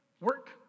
work